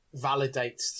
validates